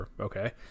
okay